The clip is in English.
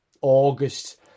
August